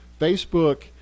Facebook